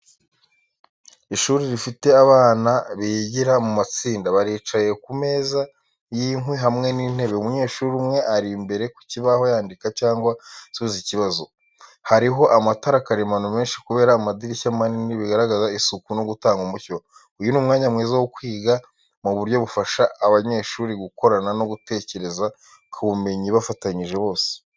Ishuri rifite abana bigira mu matsinda. Baricaye ku meza y’inkwi hamwe n’intebe, umunyeshuri umwe ari imbere ku kibaho yandika cyangwa asubiza ikibazo. Hariho amatara karemano menshi kubera amadirishya manini bigaragaza isuku no gutanga umucyo. Uyu ni umwanya mwiza wo kwiga mu buryo bufasha abanyeshuri gukorana no gutekereza ku bumenyi bafatanyije bose.